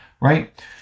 Right